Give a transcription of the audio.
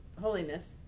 holiness